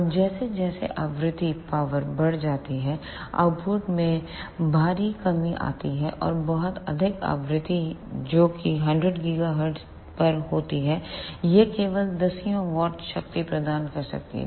और जैसे जैसे आवृत्ति पावर बढ़ती जाती है आउटपुट में भारी कमी आती है और बहुत अधिक आवृत्ति जो कि 100 गीगाहर्ट्ज़ पर होती है यह केवल दसियों वाट शक्ति प्रदान कर सकती है